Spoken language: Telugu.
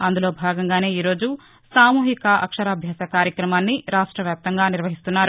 అందులో భాగంగానే ఈరోజు సామూహిక అక్షరాభ్యాస కార్యక్రమాన్ని రాష్ట వ్యాప్తంగా నిర్వహిస్తున్నారు